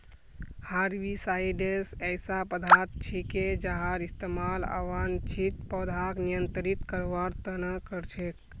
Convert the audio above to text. herbicides ऐसा पदार्थ छिके जहार इस्तमाल अवांछित पौधाक नियंत्रित करवार त न कर छेक